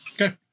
Okay